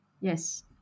Yes